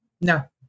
No